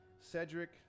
Cedric